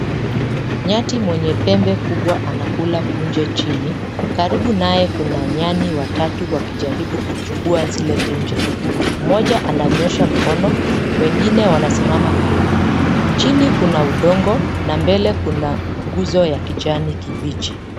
Nyati mwenye pembe kubwa anakula punje chini. Karibu naye kuna nyani watatu wakijaribu kuchukua zile punje. Mmoja ananyosha mkono, wengine wanasimama karibu. Chini kuna udongo na mbele kuna nguzo ya kijani kibichi.